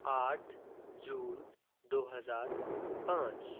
आठ जून दो हजार पाँच